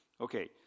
Okay